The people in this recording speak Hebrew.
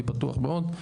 אני פתוח מאוד.